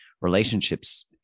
relationships